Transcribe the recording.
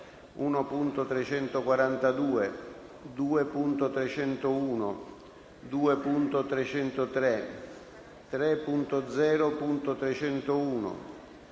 1.342, 2.301, 2.303, 3.0.301,